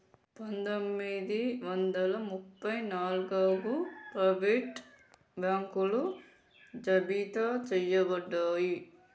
పందొమ్మిది వందల ముప్ప నాలుగగు ప్రైవేట్ బాంకులు జాబితా చెయ్యబడ్డాయి